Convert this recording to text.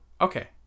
Okay